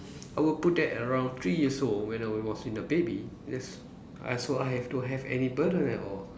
I will put that around three years old when I was in a baby just I so I have to have any burden at all